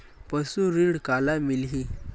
पशु ऋण काला मिलही?